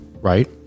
right